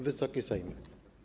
Wysoki Sejmie!